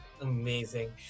amazing